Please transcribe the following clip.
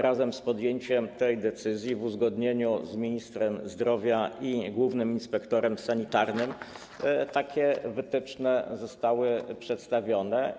Razem z podjęciem tej decyzji, w uzgodnieniu z ministrem zdrowia i głównym inspektorem sanitarnym, takie wytyczne zostały przedstawione.